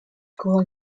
school